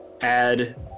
Add